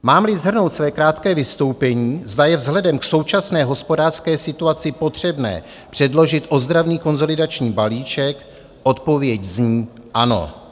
Mámli shrnout své krátké vystoupení, zda je vzhledem k současné hospodářské situaci potřebné předložit ozdravný konsolidační balíček, odpověď zní ano.